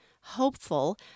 hopeful